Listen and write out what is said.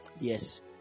Yes